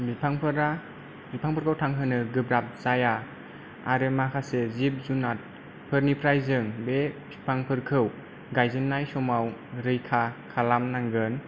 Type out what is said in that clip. बिफांफोरा बिफांफोरखौ थांहोनो गोब्राब जाया आरो माखासे जिब जुनारफोरनिफ्राय जों बे फिफांफोरखौ गायजेननाय समाव रैखा खालाम नांगोन